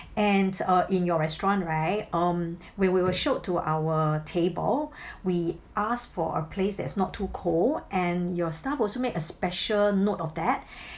and uh in your restaurant right um when we were showed to our table we asked for a place that's not too cold and your staff also made a special note of that